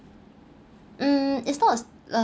mm it's not a s~ uh